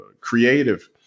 creative